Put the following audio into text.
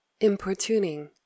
importuning